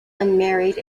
unmarried